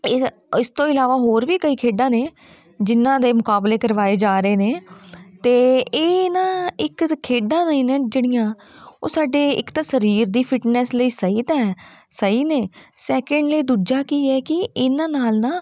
ਇਹ ਇਸ ਤੋਂ ਇਲਾਵਾ ਹੋਰ ਵੀ ਕਈ ਖੇਡਾਂ ਨੇ ਜਿਨ੍ਹਾਂ ਦੇ ਮੁਕਾਬਲੇ ਕਰਵਾਏ ਜਾ ਰਹੇ ਨੇ ਅਤੇ ਇਹ ਨਾ ਇੱਕ ਖੇਡਾਂ ਨੇ ਨਾ ਜਿਹੜੀਆਂ ਉਹ ਸਾਡੇ ਇੱਕ ਤਾਂ ਸਰੀਰ ਦੀ ਫਿਟਨੈਸ ਲਈ ਸਹੀ ਤਾਂ ਹੈ ਸਹੀ ਨੇ ਸੈਕਿੰਡਲੀ ਦੂਜਾ ਕੀ ਹੈ ਕਿ ਇਹਨਾਂ ਨਾਲ ਨਾ